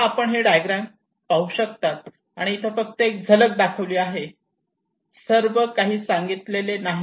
तेव्हा ही डायग्राम तुम्ही पाहू शकतात आणि इथे फक्त एक झलक दाखवली आहे सर्व काही सांगितलेले नाही